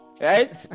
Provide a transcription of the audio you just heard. right